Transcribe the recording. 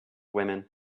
women